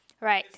right